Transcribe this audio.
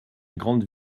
grande